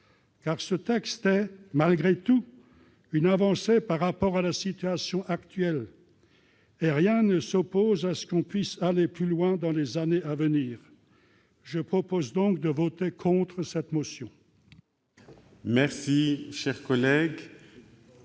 car ce texte constitue malgré tout une avancée par rapport à la situation actuelle. Rien ne s'oppose à ce qu'on puisse aller plus loin dans les années à venir. Je vous invite par conséquent, mes